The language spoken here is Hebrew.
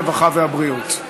הרווחה והבריאות.